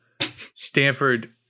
Stanford